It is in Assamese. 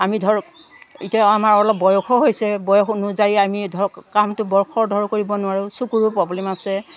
আমি ধৰক এতিয়া আমাৰ অলপ বয়সো হৈছে বয়স অনুযায়ী আমি ধৰক কামটো বৰ খৰধৰ কৰিব নোৱাৰোঁ চকুৰো প্ৰব্লেম আছে